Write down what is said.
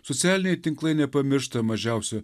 socialiniai tinklai nepamiršta mažiausio